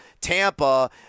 Tampa